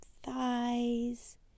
thighs